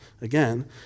again